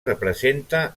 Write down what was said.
representa